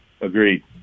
Agreed